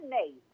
Nate